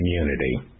community